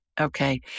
Okay